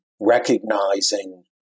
recognizing